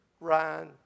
Ryan